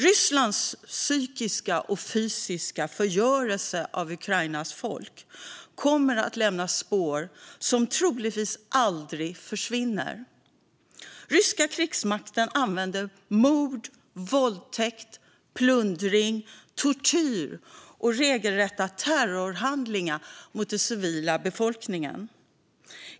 Rysslands psykiska och fysiska förgörelse av Ukrainas folk kommer att lämna spår som troligtvis aldrig försvinner. Den ryska krigsmakten använder mord, våldtäkt, plundring, tortyr och regelrätta terrorhandlingar mot den civila befolkningen.